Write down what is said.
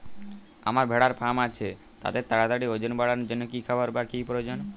আমার ভেড়ার ফার্ম আছে তাদের তাড়াতাড়ি ওজন বাড়ানোর জন্য কী খাবার বা কী প্রয়োজন?